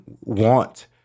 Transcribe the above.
want